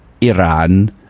iran